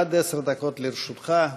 עד עשר דקות לרשותך.